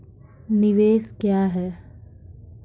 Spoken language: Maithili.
निवेश क्या है?